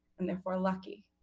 and therefore lucky.